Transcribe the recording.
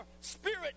spirit